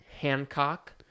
Hancock